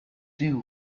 deal